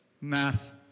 math